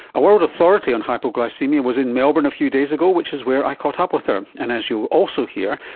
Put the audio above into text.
a world authority on hypoglycaemia was in melbourne a few days ago, which is where i caught up with her. and as you'll also hear,